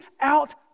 out